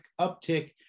uptick